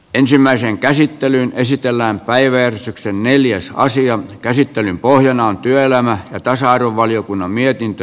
ensimmäisen käsittelyn esitellään päivän neljässä asian käsittelyn pohjana on työelämä ja tasa arvovaliokunnan mietintö